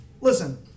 Listen